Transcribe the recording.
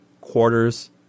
quarters